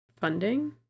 Funding